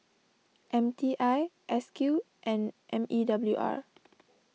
M T I S Q and M E W R